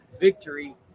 victory